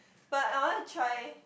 but I want to try